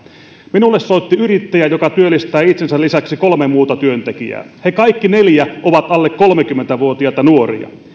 minulle soitti yrittäjä joka työllistää itsensä lisäksi kolme muuta työntekijää he kaikki neljä ovat alle kolmekymmentä vuotiaita nuoria